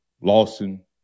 lawson